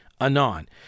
Anon